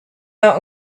out